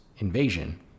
invasion